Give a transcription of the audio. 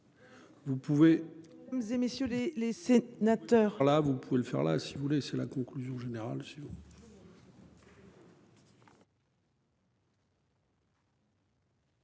les sénateurs. Voilà, vous pouvez le faire là si vous voulez, c'est la conclusion générale.